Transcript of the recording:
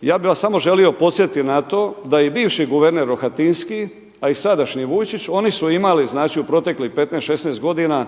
Ja bih vas samo želio podsjetiti na to da i bivši guverner Rohatinski, a i sadašnji Vujčić, oni su imali u proteklih 15, 16 godina